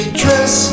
dress